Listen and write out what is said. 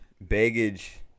baggage